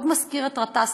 מאוד מזכיר את גטאס,